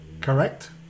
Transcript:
Correct